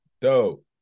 Dope